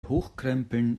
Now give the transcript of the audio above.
hochkrempeln